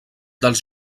dels